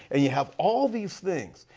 and you have all these things.